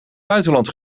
buitenland